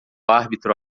árbitro